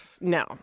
no